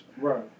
Right